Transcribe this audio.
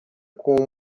com